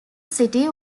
city